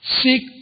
seek